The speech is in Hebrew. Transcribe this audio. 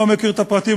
לא מכיר את הפרטים,